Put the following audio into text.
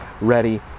ready